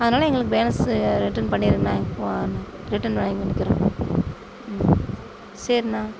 அதனால் எங்களுக்கு balance return பண்ணிடுங்கண்ணா ஓ அண்ணா ரிட்டன் ம் சரிண்ணா